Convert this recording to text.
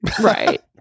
right